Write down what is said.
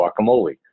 guacamole